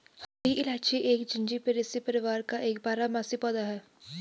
हरी इलायची एक जिंजीबेरेसी परिवार का एक बारहमासी पौधा है